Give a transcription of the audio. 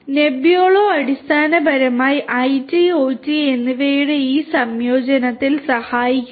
Nebbiolo അടിസ്ഥാനപരമായി IT OT എന്നിവയുടെ ഈ സംയോജനത്തിൽ സഹായിക്കുന്നു